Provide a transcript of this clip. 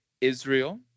israel